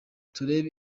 turebere